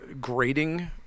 grading